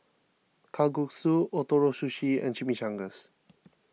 Kalguksu Ootoro Sushi and Chimichangas